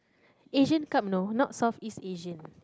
Asian Cup you know not Southeast Asian